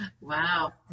Wow